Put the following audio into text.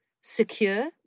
secure